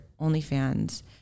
OnlyFans